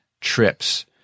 trips